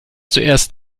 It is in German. zuerst